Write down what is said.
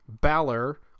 Balor